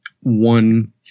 one